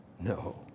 No